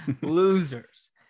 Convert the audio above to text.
Losers